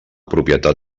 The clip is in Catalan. propietat